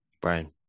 Brian